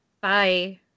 Bye